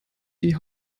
die